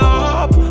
up